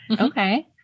Okay